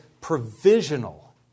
provisional